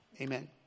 Amen